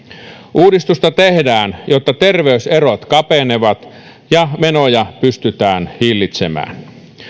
uudistusta tehdään jotta terveyserot kapenevat ja menoja pystytään hillitsemään